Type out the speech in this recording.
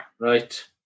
Right